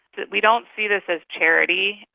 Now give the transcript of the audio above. we don't see this as charity.